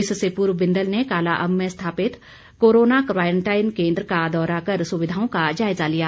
इससे पूर्व बिंदल ने कालाअंब में स्थापित कोरोना क्वारंटाइन केन्द्र का दौरा कर सुविधाओं का जायज़ा लिया